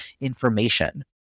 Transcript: information